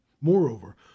moreover